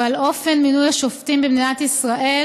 אבל אופן מינוי השופטים במדינת ישראל